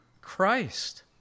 Christ